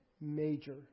major